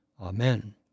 Amen